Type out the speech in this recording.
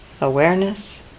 awareness